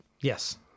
Yes